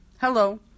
Hello